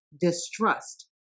distrust